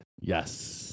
Yes